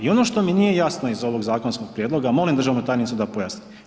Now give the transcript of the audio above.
I ono što mi nije jasno iz ovog zakonskog prijedloga, molim državnu tajnicu da pojasni.